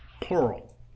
plural